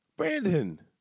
Brandon